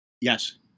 Yes